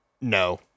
no